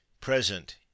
present